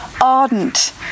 ardent